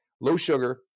low-sugar